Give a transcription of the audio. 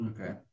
Okay